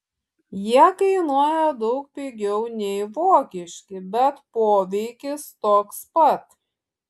jie kainuoja daug pigiau nei vokiški bet poveikis toks pat